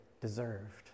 deserved